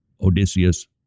Odysseus